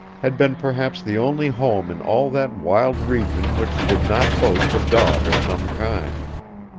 had been perhaps the only home in all that wild region which did not boast a dog of some kind.